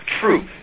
truth